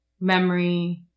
memory